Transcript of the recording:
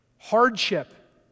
hardship